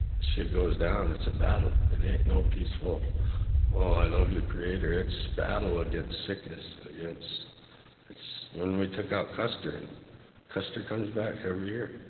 shit goes down, it's a battle. it ain't no peaceful oh, i love you, creator, it's battle against sickness, against when we took out custer, and custer comes back every year.